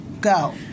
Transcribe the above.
Go